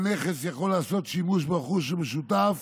נכס יכול לעשות שימוש ברכוש המשותף